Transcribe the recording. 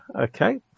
Okay